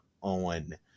on